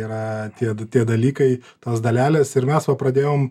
yra tie du tie dalykai tos dalelės ir mes va pradėjom